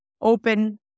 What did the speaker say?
open